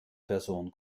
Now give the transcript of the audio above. person